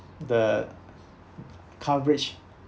the coverage